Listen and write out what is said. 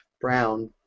Brown